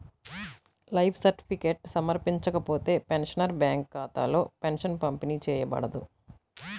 life certificate సమర్పించకపోతే, pensioner bank ఖాతాలో pension పంపిణీ చేయబడదు